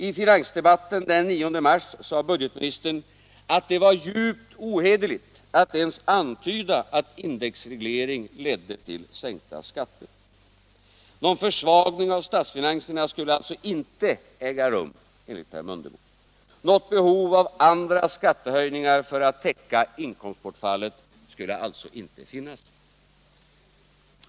I finansdebatten den 9 mars sade budgetministern, att det var ”djupt ohederligt” att ens antyda att indexreglering ledde till sänkta skatter. Någon försvagning av statsfinanserna skulle alltså inte äga rum. Något behov av andra skattehöjningar för att täcka inkomstbortfallet skulle alltså inte finnas.